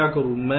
मैं क्या करूं